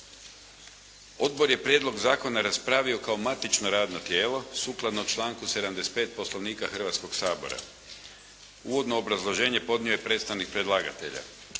Odbor je prijedlog zakona raspravio kao matično radno tijelo sukladno članku 75. Poslovnika Hrvatskoga sabora. Uvodno obrazloženje podnio je predstavnik predlagatelja.